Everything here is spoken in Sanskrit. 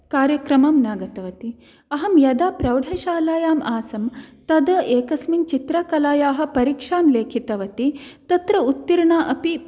कार्यक्रमं न गतवती अहं यदा प्रौढशालायां आसं तदा एकस्मिन् चित्रकलायाः परीक्षां लेखितवती तत्र उत्तीर्णा अपि